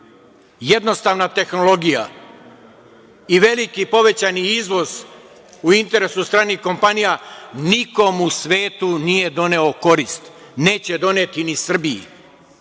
jednostavna tehnologija i veliki povećani izvoz u interesu stranih kompanija nikome u svetu nije doneo korist. Neće doneti ni Srbiji.